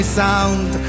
sound